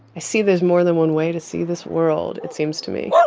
i see there's more than one way to see this world, it seems to me